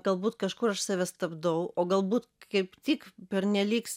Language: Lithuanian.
galbūt kažkur aš save stabdau o galbūt kaip tik pernelyg